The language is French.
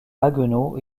haguenau